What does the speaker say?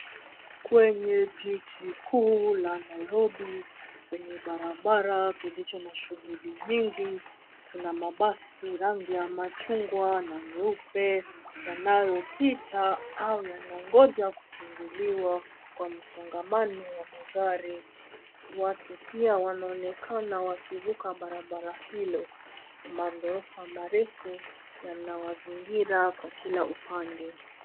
Kwenye jiji kuu la Nairobi, kwenye barabara kilicho na shughuli nyingi kuna mabasi rangi ya machungwa na nyeupe yanayopita au yanangoja kufunguliwa kwa msongamano wa magari. Watu pia wanaonekana wakivuka barabara hilo. Maghorofa marefu yanawazungira kwa kila upande.